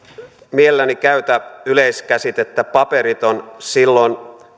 mielelläni käytä yleiskäsitettä paperiton silloin